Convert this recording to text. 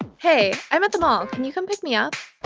hey, i'm at the mall. can you come pick me up?